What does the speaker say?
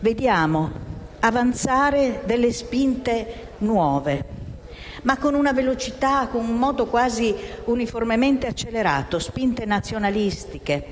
vediamo avanzare spinte nuove, ma con una velocità e con un modo quasi uniformemente accelerato: mi riferisco a spinte nazionalistiche,